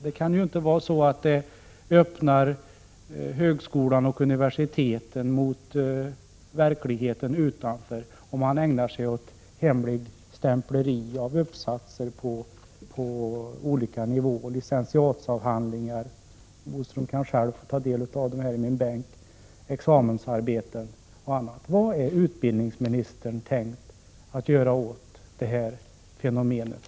Det öppnar ju inte universiteten och högskolorna mot verkligheten utanför, om man ägnar sig åt att hemligstämpla uppsatser på olika nivåer, examensarbeten, licentiatavhandlingar och annat. Utbildningsministern kan själv ta del av det material jag har i min bänk. Vad har utbildningsministern tänkt göra åt det här fenomenet?